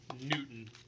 Newton